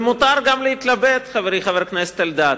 ומותר גם להתלבט, חברי חבר הכנסת אלדד.